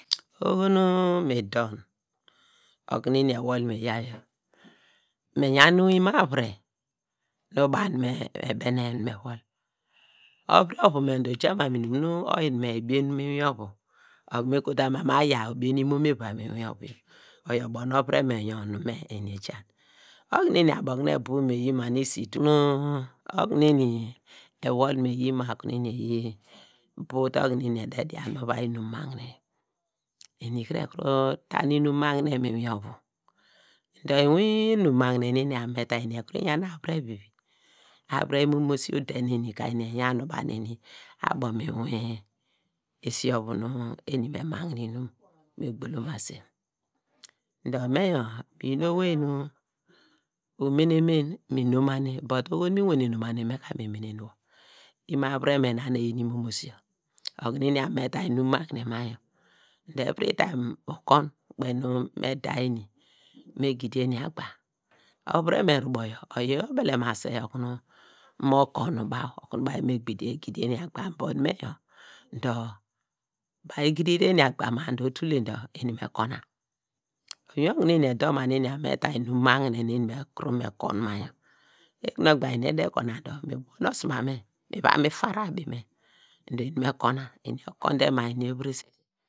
Oho nu mi don okunu mi wol me ya yor, mi yan imo avire nu eni ebene ewol, ovure ovu me dor ojama mu inum nu oyi nu me ebienem mi inwin ovu, ovu me kotuam mu mame aya obie imome iva mi inwin ovu yor oyor ubo nu me nu ovure me yor eja, okunu eni abo kunu ebow me yi ma yor nu isi itul, okunu eni ewol me yi ma kunu mi yi bow te okuno eni eda me dian mu iwai inum magnem eni kre ekuru ta nu inum magnem mu inwin ovu dor inwin inum magnem nu eni abo kunu me taa yor eni ekuru, yan avire vi vi, avire imomosi ude neni ka eni eyan banu eni abo mu esi ovu eni me magnem inum me gbolomase dor me yor mi yi nu owei nu umenem me mi nomane dor oho nu me wane nomane nu ka mi mene wor imo avire me na nu eyin imomosio okunu eni abo kunu me ta inum magnem na yor dor ukun kpeyi nu me da eni, me gidi eni agba, ovire ane ruboye oyi obelem se okunu mor kun nu baw okune baw me gidi eni agba yaw, me dor baw egidite eni agba ma dor otule eni me kona, inwin okunu eni edor ma nu eni me ta inum magne neni eni ekuru me kun ma yor, ekure ogba gine eni ede kuna dor me bone osama me kuna eni ekunde ma eviresete.